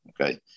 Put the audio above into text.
Okay